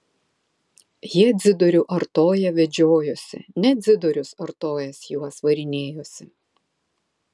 jie dzidorių artoją vedžiojosi ne dzidorius artojas juos varinėjosi